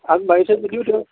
আগবাঢ়িছে যদিও তেওঁ